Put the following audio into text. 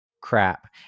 crap